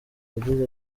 yagize